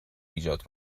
ایجاد